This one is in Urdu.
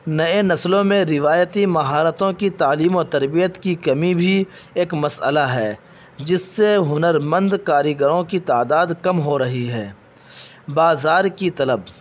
نئے نسلوں میں روایتی مہارتوں کی تعلیم و تربیت کی کمی بھی ایک مسئلہ ہے جس سے ہنرمند کاریگروں کی تعداد کم ہو رہی ہے بازار کی طلب